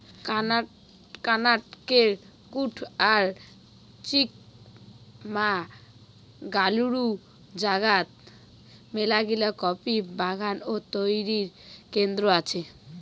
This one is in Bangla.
কর্ণাটকের কূর্গ আর চিকমাগালুরু জাগাত মেলাগিলা কফি বাগান ও তৈয়ার কেন্দ্র আছে